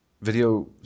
Video